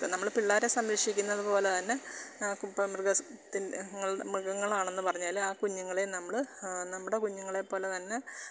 നമ്മൾ പിള്ളേരെ സംരക്ഷിക്കുന്നത് പോലെ തന്നെ നമുക്കിപ്പം മൃഗസ ത്തിൻ്റെ ങ്ങൾ മൃഗങ്ങളാണെന്ന് പറഞ്ഞാലും ആ കുഞ്ഞുങ്ങളെ നമ്മൾ നമ്മുടെ കുഞ്ഞുങ്ങളെപ്പോലെ തന്നെ